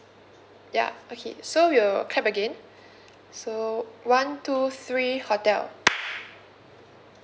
ya okay so we'll clap again so one two three hotel